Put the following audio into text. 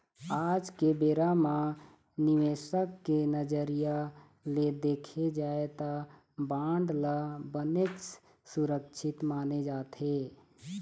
आज के बेरा म निवेसक के नजरिया ले देखे जाय त बांड ल बनेच सुरक्छित माने जाथे